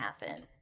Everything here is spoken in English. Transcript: happen